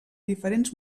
diferents